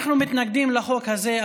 אנחנו מתנגדים לחוק הזה,